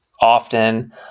often